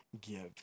give